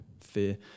fear